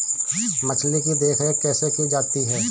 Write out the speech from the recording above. मछली की देखरेख कैसे की जाती है?